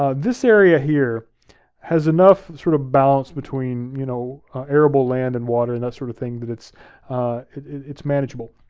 ah this area here has enough sort of a balance between you know ah arable land and water, and that's sort of thing that it's it's manageable.